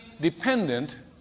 dependent